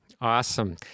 Awesome